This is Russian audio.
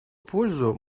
пользу